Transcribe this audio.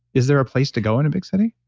is there a place to go in a big city?